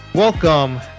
Welcome